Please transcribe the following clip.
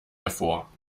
hervor